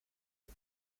dem